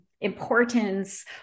importance